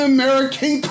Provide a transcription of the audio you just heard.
American